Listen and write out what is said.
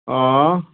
हां